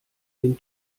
dem